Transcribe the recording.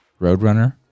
Roadrunner